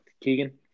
Keegan